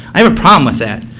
i have a probelmm with that.